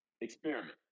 Experiment